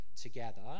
together